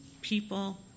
people